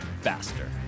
Faster